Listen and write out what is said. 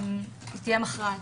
תהיה מכרעת.